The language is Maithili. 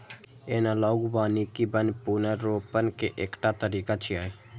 एनालॉग वानिकी वन पुनर्रोपण के एकटा तरीका छियै